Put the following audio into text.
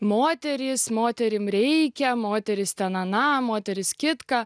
moterys moterim reikia moterys ten aną moterys kitka